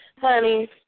honey